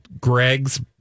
Greg's